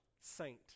Saint